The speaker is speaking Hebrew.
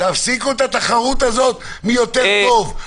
תפסיקו את התחרות הזאת, מי יותר טוב.